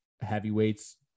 heavyweights